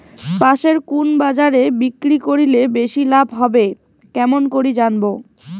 পাশের কুন বাজারে বিক্রি করিলে বেশি লাভ হবে কেমন করি জানবো?